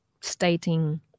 stating